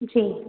जी